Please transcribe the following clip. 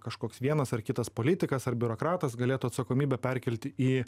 kažkoks vienas ar kitas politikas ar biurokratas galėtų atsakomybę perkelti į